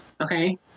okay